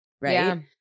right